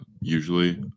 usually